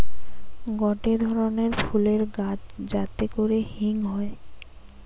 গটে ধরণের ফুলের গাছ যাতে করে হিং হয়ে